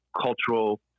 cultural